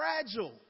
fragile